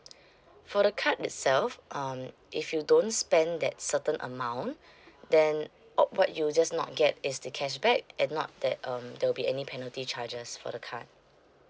for the card itself um if you don't spend that certain amount then uh what you just not get is the cashback and not that um there'll be any penalty charges for the card